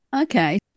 Okay